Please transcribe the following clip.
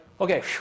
okay